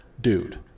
Dude